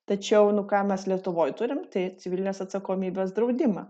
tačiau nu ką mes lietuvoj turime tai civilinės atsakomybės draudimą